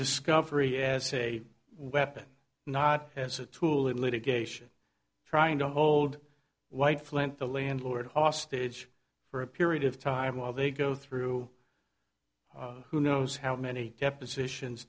discovery as a weapon not as a tool in litigation trying to hold white flint the landlord hostage for a period of time while they go through who knows how many depositions